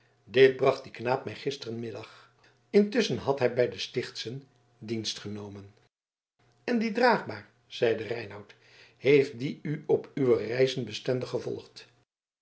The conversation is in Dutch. bracht mij de knaap gistermiddag ondertusschen had hij bij de stichtschen dienst genomen en die draagbaar zeide reinout heeft die u op uwe reizen bestendig gevolgd